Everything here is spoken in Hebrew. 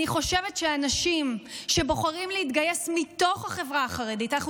אני חושבת שאנשים מתוך החברה החרדית שבוחרים להתגייס,